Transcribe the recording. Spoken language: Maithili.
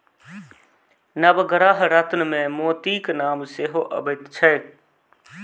नवग्रह रत्नमे मोतीक नाम सेहो अबैत छै